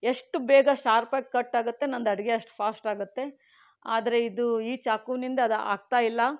ಎಷ್ಟು ಬೇಗ ಶಾರ್ಪ್ ಆಗಿ ಕಟ್ ಆಗುತ್ತೆ ನಂದು ಅಡುಗೆ ಅಷ್ಟು ಫಾಸ್ಟ್ ಆಗತ್ತೆ ಆದರೆ ಇದು ಈ ಚಾಕುವಿನಿಂದ ಅದು ಆಗ್ತಾ ಇಲ್ಲ